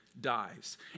dies